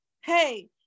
hey